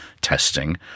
testing